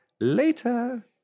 Later